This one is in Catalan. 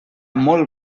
molt